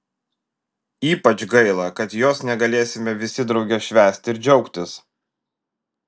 ypač gaila kad jos negalėsime visi drauge švęsti ir džiaugtis